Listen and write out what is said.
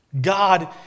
God